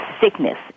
sickness